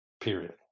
period